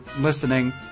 listening